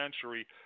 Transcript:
century